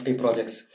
projects